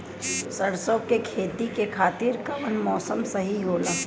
सरसो के खेती के खातिर कवन मौसम सही होला?